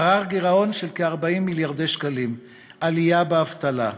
גרר גירעון של כ-40 מיליארדי שקלים ועלייה באבטלה.